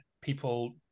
people